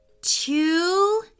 Two